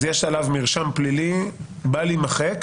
אז יש עליו מרשם פלילי בל יימחק.